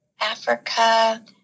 Africa